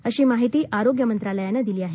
अशी माहिती आरोग्य मंत्रालयानं दिली आहे